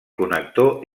connector